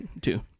Two